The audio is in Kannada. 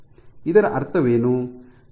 ಇದರ ಅರ್ಥವೇನು